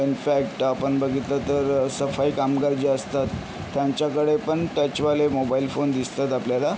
in fact आपण बघितलं तर सफाई कामगार जे असतात त्यांच्याकडे पण टचवाले मोबाईल फोन दिसतात आपल्याला